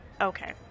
Okay